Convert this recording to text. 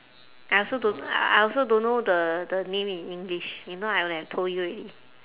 I also don't I also don't know the the name in english if not I would have told you already